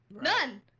None